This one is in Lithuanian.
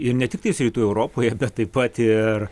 ir ne tiktais rytų europoje bet taip pat ir